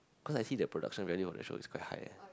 cause I see the production value of the show is quite high ah